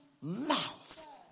mouth